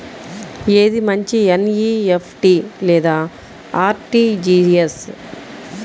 ఏది మంచి ఎన్.ఈ.ఎఫ్.టీ లేదా అర్.టీ.జీ.ఎస్?